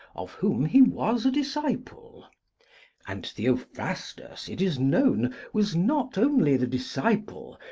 of whom he was a disciple and theophrastus, it is known, was not only the disciple,